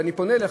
ואני פונה אליך,